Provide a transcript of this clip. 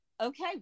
Okay